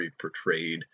portrayed